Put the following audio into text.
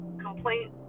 complaint